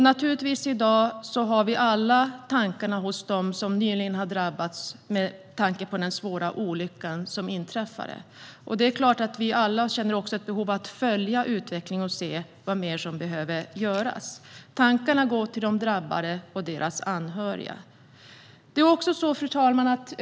Naturligtvis är våra tankar i dag hos dem som nyligen har drabbats av den svåra olyckan. Det är klart att vi alla känner ett behov av att följa utvecklingen och se vad mer som behöver göras. Tankarna går till de drabbade och deras anhöriga. Fru talman!